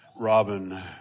Robin